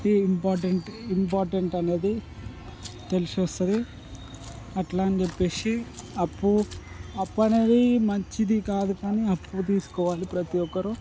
important important అనేది తెలిసి వస్తుంది అట్లా అని చెప్పేసి అప్పు అప్పు అనేది మంచిది కాదు కాని అప్పు తీసుకోవాలి ప్రతీ ఒక్కరూ